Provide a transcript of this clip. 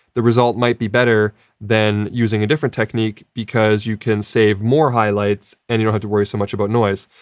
the result might be better than using a different technique because you can save more highlights and you don't have to worry so much about noise.